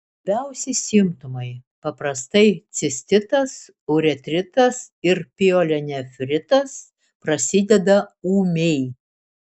svarbiausi simptomai paprastai cistitas uretritas ir pielonefritas prasideda ūmiai